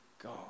god